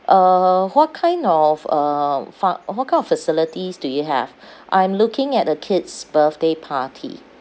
uh what kind of um func~ what kind of facilities do you have I'm looking at a kid's birthday party